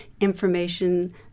information